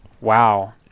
Wow